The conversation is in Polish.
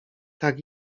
tak